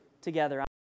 together